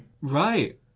Right